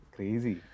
Crazy